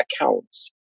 accounts